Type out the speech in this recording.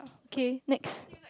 okay next